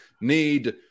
need